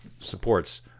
supports